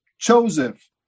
Joseph